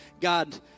God